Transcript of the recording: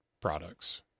products